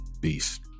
beast